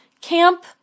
Camp